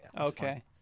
Okay